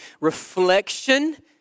reflection